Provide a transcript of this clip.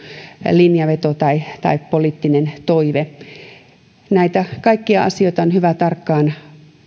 linjanveto tai tai poliittinen toive näitä kaikkia asioita on hyvä tarkkaan